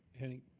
hanny.